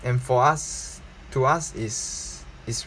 and for us to us is is